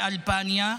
באלבניה גדל.